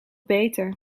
beter